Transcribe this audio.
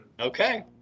Okay